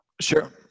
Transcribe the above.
Sure